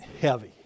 heavy